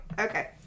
Okay